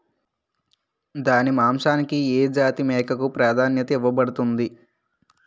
దాని మాంసానికి ఏ జాతి మేకకు ప్రాధాన్యత ఇవ్వబడుతుంది?